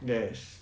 yes